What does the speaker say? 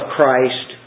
Christ